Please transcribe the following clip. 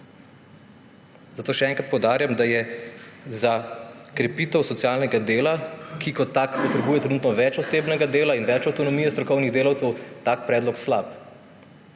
Zato še enkrat poudarjam, da je za krepitev socialnega dela, ki kot tako potrebuje trenutno več osebnega dela in več avtonomije strokovnih delavcev, tak predlog slab.